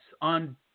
on